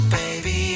baby